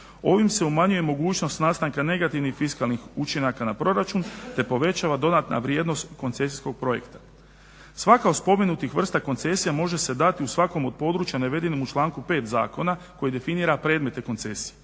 Ovim se umanjuje mogućnost nastanka negativnih fiskalnih učinaka na proračun, te povećava dodatna vrijednost koncesijskog projekta. Svaka od spomenutih vrsta koncesija može se dati u svakom od područja navedenim u članku 5. Zakona koji definira predmete koncesije.